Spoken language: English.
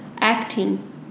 acting